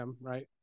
Right